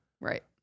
Right